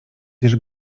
gdyż